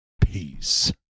peace